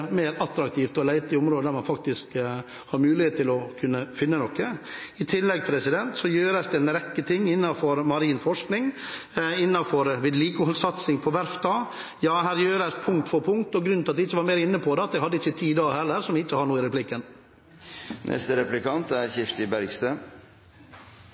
mer attraktivt å lete i områder hvor man faktisk har mulighet til å kunne finne noe. I tillegg gjøres det en rekke ting innenfor marin forskning og vedlikeholdssatsing på verftene. Her gjøres det noe punkt for punkt. Grunnen til at jeg ikke var mer inne på dette i hovedinnlegget, var at jeg ikke hadde mer tid – som jeg ikke har nå i